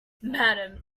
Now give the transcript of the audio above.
madam